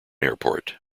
airport